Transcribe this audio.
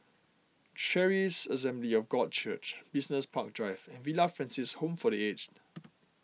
Charis Assembly of God Church Business Park Drive and Villa Francis Home for the Aged